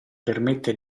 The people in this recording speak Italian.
permette